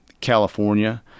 California